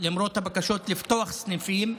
למרות הבקשות לפתוח סניפים.